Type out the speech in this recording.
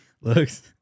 Looks